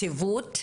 יציבות,